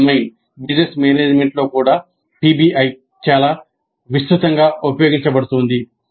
ఆ డొమైన్ లో కూడా పిబిఐ చాలా విస్తృతంగా ఉపయోగించబడుతోంది